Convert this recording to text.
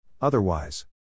Otherwise